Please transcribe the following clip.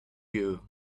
you